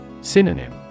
Synonym